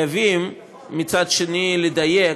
מצד שני, חייבים לדייק.